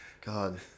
God